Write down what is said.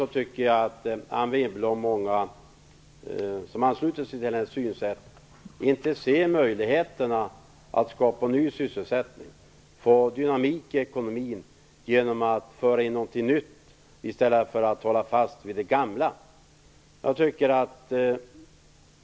Jag tycker att Anne Wibble och många andra som ansluter sig till hennes synsätt inte ser möjligheterna att skapa ny sysselsättning och att få dynamik i ekonomin genom att föra in någonting nytt i stället för att hålla fast vid det gamla.